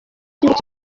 igihugu